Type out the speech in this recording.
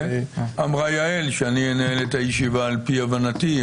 אמרה יעל שאני אנהל את הישיבה על פי הבנתי,